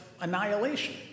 annihilation